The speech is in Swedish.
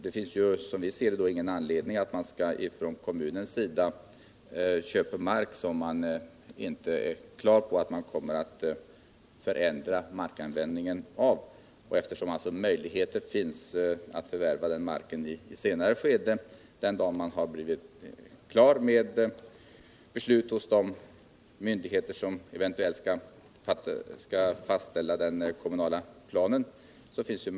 Det finns, som vi ser det, ingen anledning för kommunen att köpa mark som man inte är säker på att man kommer att förändra användningen av. Det finns alltså möjligheter att förvärva marken i ett senare skede när beslut föreligger hos myndigheter som eventuellt skall fastställa den kommunala planen.